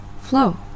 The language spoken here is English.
flow